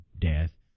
death